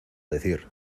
decir